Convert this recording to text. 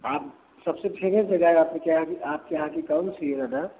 आप सबसे फेमस जगह आपके क्या है आपके यहाँ की कौन सी है दादा